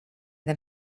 den